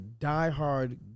diehard